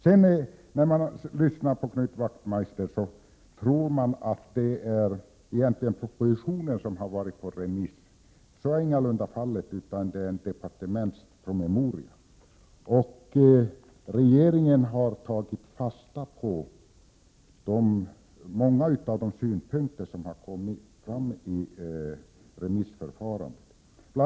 Den som lyssnar på Knut Wachtmeister skulle kunna tro att det är propositionen som har varit föremål för remiss. Så är ingalunda fallet. Det var en departementspromemoria. Regeringen har tagit fasta på många av de synpunkter som framkommit vid remissförfarandet. Bl. a.